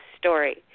story